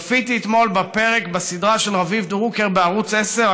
צפיתי אתמול בפרק בסדרה של רביב דרוקר בערוץ 10,